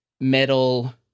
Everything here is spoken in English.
metal